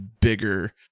bigger